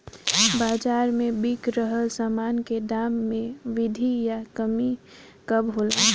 बाज़ार में बिक रहल सामान के दाम में वृद्धि या कमी कब होला?